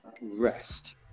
rest